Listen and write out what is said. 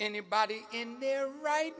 anybody in their right